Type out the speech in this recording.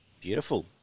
Beautiful